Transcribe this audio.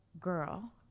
girl